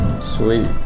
Sweet